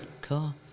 Cool